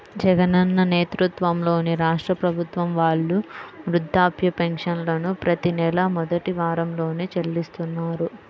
జగనన్న నేతృత్వంలోని రాష్ట్ర ప్రభుత్వం వాళ్ళు వృద్ధాప్య పెన్షన్లను ప్రతి నెలా మొదటి వారంలోనే చెల్లిస్తున్నారు